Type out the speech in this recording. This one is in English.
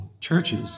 churches